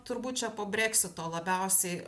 turbūt čia po breksito labiausiai